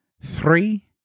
three